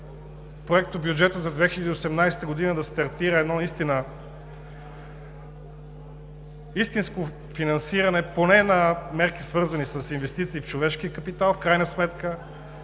Проектобюджета за 2018 г. да стартира едно истинско финансиране поне на мерки, свързани с инвестиции в човешкия капитал, в крайна сметка